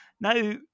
Now